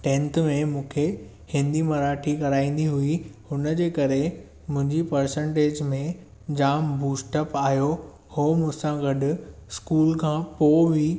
tenth में मूंखे हिंदी मराठी कराईंदी हुई हुन जे करे मुंहिंजी परसेंटेज में जाम बूस्ट अप आयो हो मूं सां गॾु स्कूल खां पोए बि